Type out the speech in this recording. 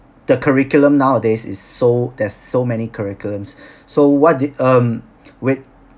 the curriculum nowadays is so there's so many curriculums so what d~ um with